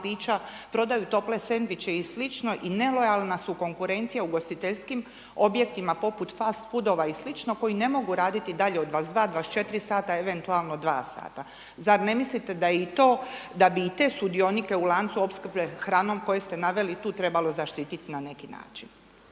pića, prodaju tople sendviče i slično, i nelojalna su konkurencija ugostiteljskim objektima poput fast foodova i slično, koji ne mogu raditi dalje od 22-24 sata, eventualno dva sata. Zar ne mislite i to , da bi i te sudionike u lancu opskrbe hranom koje ste naveli tu trebalo zaštiti na neki način?